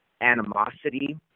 animosity